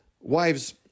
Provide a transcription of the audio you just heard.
wives